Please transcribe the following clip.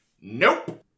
Nope